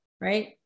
right